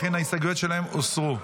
לכן ההסתייגויות שלהם הוסרו,